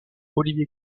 olivier